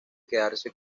quedarse